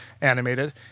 animated